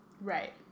Right